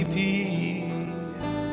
peace